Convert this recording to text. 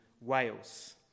Wales